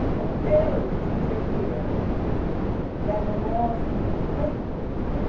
a failure to take care that the laws be faithfully